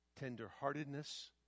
tenderheartedness